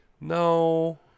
no